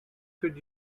could